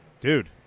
dude